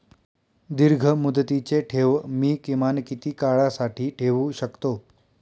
दीर्घमुदतीचे ठेव मी किमान किती काळासाठी ठेवू शकतो?